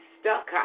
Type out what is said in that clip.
stuck